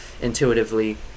intuitively